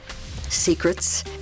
secrets